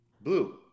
Blue